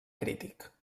crític